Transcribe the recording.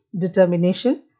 determination